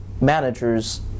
managers